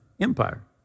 empire